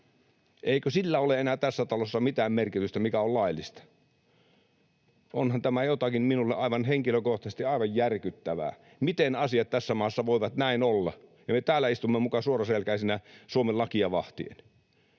Eikö sillä ole enää tässä talossa mitään merkitystä, mikä on laillista? Onhan tämä minulle henkilökohtaisesti jotakin aivan järkyttävää. Miten asiat tässä maassa voivat näin olla? Ja me täällä istumme muka suoraselkäisinä Suomen lakia vahtien.